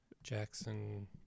Jackson